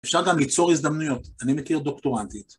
אפשר גם ליצור הזדמנויות. אני מכיר דוקטורנטית.